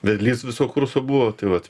vedlys viso kurso buvo tai vat